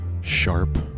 sharp